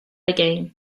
again